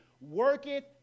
worketh